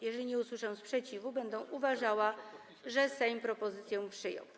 Jeżeli nie usłyszę sprzeciwu, będę uważała, że Sejm propozycję przyjął.